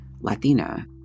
Latina